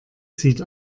sieht